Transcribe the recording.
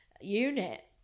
unit